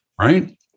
right